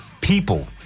people